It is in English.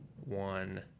one